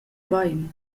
bein